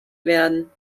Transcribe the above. werden